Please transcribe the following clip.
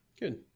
Good